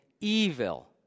evil